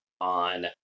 on